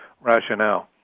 rationale